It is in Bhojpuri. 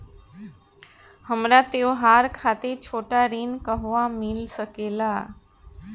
हमरा त्योहार खातिर छोटा ऋण कहवा मिल सकेला?